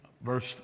verse